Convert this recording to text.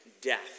death